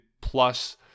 plus